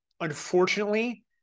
Unfortunately